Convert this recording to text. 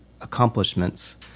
accomplishments